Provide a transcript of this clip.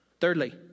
thirdly